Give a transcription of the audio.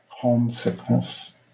homesickness